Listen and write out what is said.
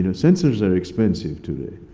and sensors are expensive today.